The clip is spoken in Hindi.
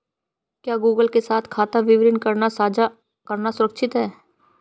क्या गूगल के साथ खाता विवरण साझा करना सुरक्षित है?